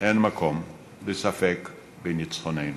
אין מקום לספק בניצחוננו.